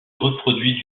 reproduit